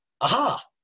aha